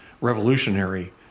revolutionary